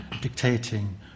dictating